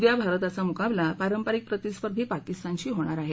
उद्या भारताचा मुकाबला पारंपारिक प्रतिस्पर्धी पाकिस्तानशी होणार आहे